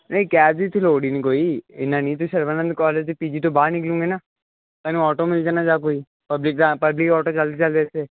ਨਹੀਂ ਕੈਬ ਦੀ ਤਾਂ ਲੋੜ ਹੀ ਨਹੀਂ ਕੋਈ ਇਹਨਾਂ ਨਹੀਂ ਅਤੇ ਸਰਵਨੰਦ ਕਾਲਜ ਦੀ ਪੀਜੀ ਤੋਂ ਬਾਹਰ ਨਿਕਲੂਗੇ ਨਾ ਤੁਹਾਨੂੰ ਆਟੋ ਮਿਲ ਜਾਣਾ ਜਾਂ ਕੋਈ ਪਬਲਿਕ ਪਬਲਿਕ ਔਟੋ ਚਲਦੇ ਇੱਥੇ